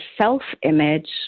self-image